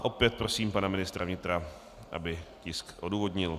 Opět prosím pana ministra vnitra, aby tisk odůvodnil.